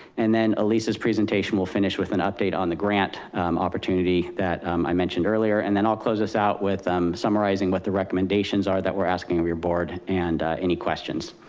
and then elisa's presentation, will finish with an update on the grant opportunity that i mentioned earlier, and then i'll close us out with um summarizing what the recommendations are that we're asking of your board and any questions.